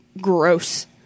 gross